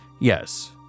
yes